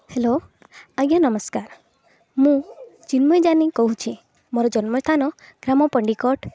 hello ଆଜ୍ଞା ନମସ୍କାର ମୁଁ ଚିନ୍ମୟ ଯାନି କହୁଛିି ମୋର ଜନ୍ମସ୍ଥାନ ଗ୍ରାମ ପଣ୍ଡିକଟ